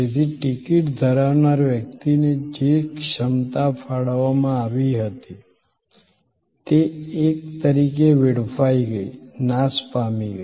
તેથી ટિકિટ ધરાવનાર વ્યક્તિને જે ક્ષમતા ફાળવવામાં આવી હતી તે એક રીતે વેડફાઈ ગઈ નાશ પામી ગઈ